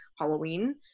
Halloween